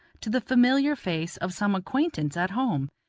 to the familiar face of some acquaintance at home.